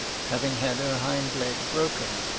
having had her hind leg broken.